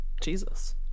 Jesus